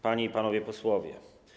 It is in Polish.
Panie i Panowie Posłowie!